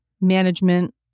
management